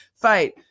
fight